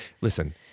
Listen